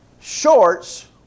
shorts